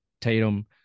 Tatum